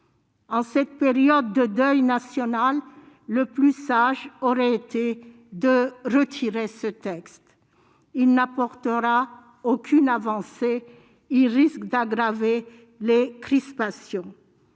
En cette période de deuil national, le plus sage aurait été de retirer ce texte qui n'apportera aucune avancée et risque d'aggraver les crispations.